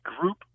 group